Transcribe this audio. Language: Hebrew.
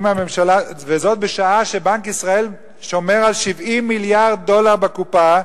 וזאת בשעה שבנק ישראל שומר על 70 מיליארד דולר בקופה,